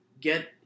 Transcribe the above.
Get